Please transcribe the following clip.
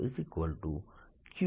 ds0qenclosed0 છે